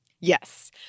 Yes